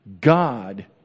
God